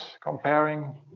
comparing